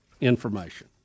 information